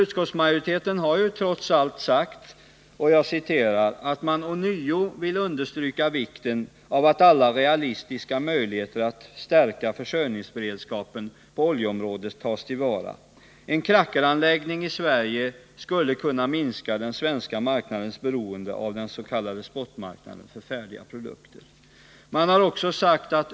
Utskottet anför: ”Utskottet vill ånyo understryka vikten av att alla realistiska möjligheter att stärka försörjningsberedskapen på oljeområdet tas till vara. En krackeranläggning i Sverige skulle kunna minska den svenska marknadens beroende av dens.k. spotmarknaden för färdiga produkter.